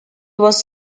was